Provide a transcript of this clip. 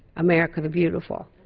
america, the beautiful.